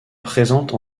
présentes